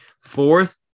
Fourth